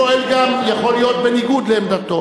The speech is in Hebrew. הייתי פועל גם, יכול להיות, בניגוד לעמדתו.